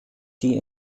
die